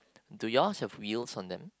do yours have wheels on them